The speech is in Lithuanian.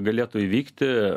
galėtų įvykti